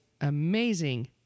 amazing